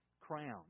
Crown